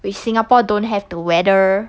which singapore don't have the weather